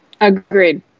Agreed